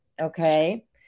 okay